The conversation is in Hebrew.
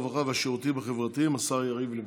הרווחה והשירותים החברתיים השר יריב לוין.